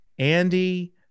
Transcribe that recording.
Andy